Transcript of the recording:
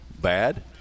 Bad